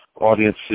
audience